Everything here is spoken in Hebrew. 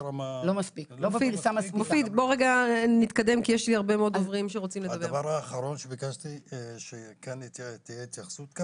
דבר אחרון שביקשתי שתהיה התייחסות,